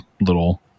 little